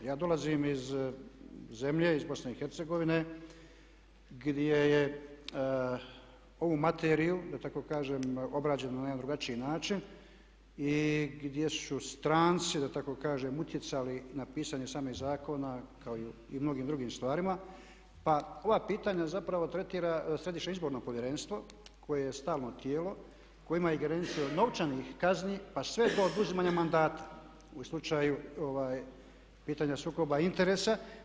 A ja dolazim iz zemlje, iz Bosne i Hercegovine gdje je ovu materiju da tako kažem obrađenu na jedan drugačiji način i gdje su stranci da tako kažem utjecali na pisanje samih zakona kao i u mnogim drugim stvarima pa ova pitanja zapravo tretira Središnje izborno povjerenstvo koje je stalno tijelo koje ima ingerenciju novčanih kazni pa sve do oduzimanja mandata u slučaju pitanja sukoba interesa.